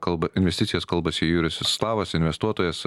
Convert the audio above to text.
kalbą investicijas kalbasi jurijus slavas investuotojas